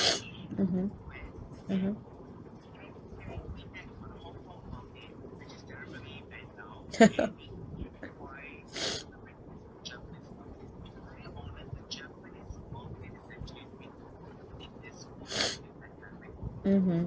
mmhmm mmhmm mmhmm